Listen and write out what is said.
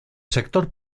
sector